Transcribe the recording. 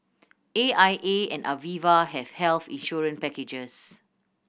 A I A and Aviva have health insurance packages